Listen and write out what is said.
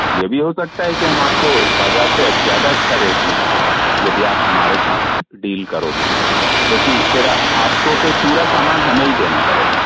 ये भी हो सकता है कि हम आपको बाजार से ज़्यादा अच्छा रेट दें यदि आप हमारे साथ डील करोगे क्योंकि फिर आपको फिर पूरा सामान हमें ही देना पड़ेगा